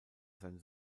sein